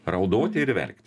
raudoti ir verkti